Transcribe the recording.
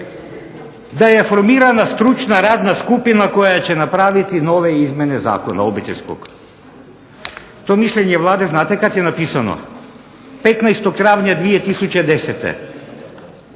da je formirana nova radna skupina koja će napraviti nove Izmjene Zakona obiteljskog, to mišljenje Vlade znate kada je napisano 15.